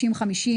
50-50,